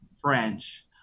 French